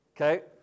Okay